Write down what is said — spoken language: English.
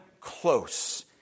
close